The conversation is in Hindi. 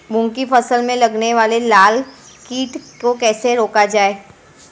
मूंग की फसल में लगने वाले लार कीट को कैसे रोका जाए?